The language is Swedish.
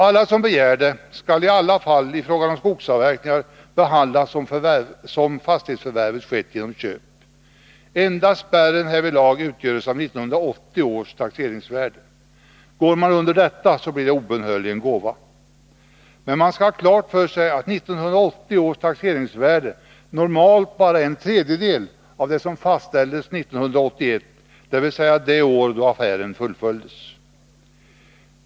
Alla som begär det skall i alla fall i fråga om skogsavverkningar behandlas som om fastighetsförvärvet skett genom köp. Enda spärren härvidlag utgörs av 1980 års taxeringsvärde. Går man under detta betraktas det obönhörligen som gåva. Man skall ha klart för sig att 1980 års taxeringsvärde normalt bara är en tredjedel av det som fastställdes 1981, dvs. det år då affären fullföljdes.